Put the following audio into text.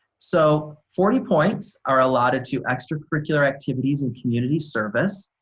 so forty points are allotted to extracurricular activities and community service.